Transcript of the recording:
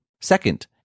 Second